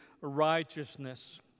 righteousness